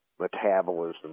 metabolism